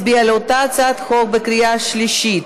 כעת נצביע על אותה הצעת חוק בקריאה השלישית.